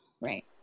right